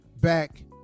back